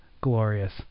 glorious